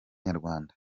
nyarwanda